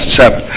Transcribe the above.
seven